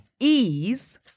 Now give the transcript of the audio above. Ease